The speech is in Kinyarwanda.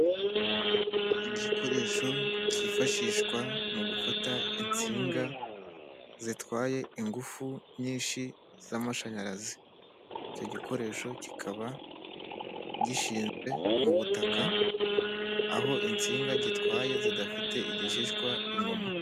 Igikoresho cyifashishwa mu gufata insinga zitwaye ingufu nyinshi z'amashanyarazi, icyo gikoresho kikaba gishinzwe mu butaka aho insinga gitwaye zidafite igishishwa inyuma.